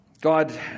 God